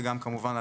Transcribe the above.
וגם כמובן,